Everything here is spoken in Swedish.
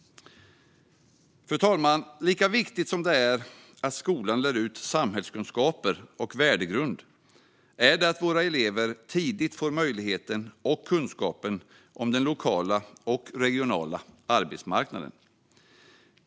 Fru talman! Lika viktigt som det är att skolan lär ut samhällskunskaper och värdegrund är det att våra elever tidigt får kunskap om den lokala och regionala arbetsmarknaden.